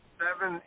seven